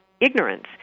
Ignorance